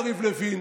יריב לוין,